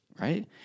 right